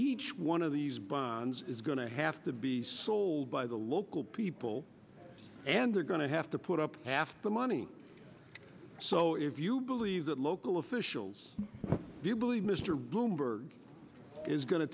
each one of these bonds is going to have to be sold by the local people and they're going to have to put up half the money so if you believe that local officials do believe mr bloomberg is going to